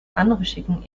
anrüchigen